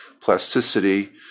plasticity